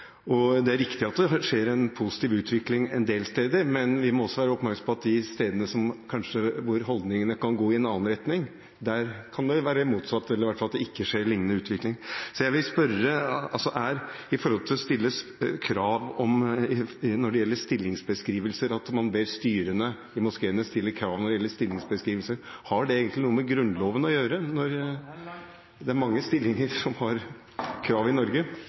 Det er riktig at det skjer en positiv utvikling en del steder, men vi må også være oppmerksomme på de stedene der holdningene kanskje går i en annen retning. Der kan det være motsatt, eller det kan i hvert fall være at det ikke skjer en lignende utvikling. Jeg vil spørre om det at man ber styrene i moskeene stille krav når det gjelder stillingsbeskrivelser, egentlig har noe med Grunnloven å gjøre – det er mange stillinger som har krav i Norge?